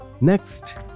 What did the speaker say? Next